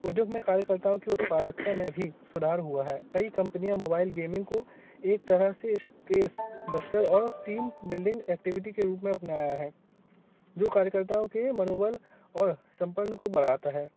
उद्योग में कार्यकर्ताओं के उत्पादकता में भी सुधार हुआ है कई कंपनियां मोबाइल गेमिंग को एक तरह से और टीम बिल्डिंग एक्टिविटी के रूप में अपनाया है जो कार्यकर्ताओं के मनोबल और सम्पन्न को बढ़ाता है